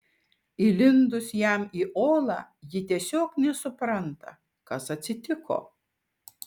įlindus jam į olą ji tiesiog nesupranta kas atsitiko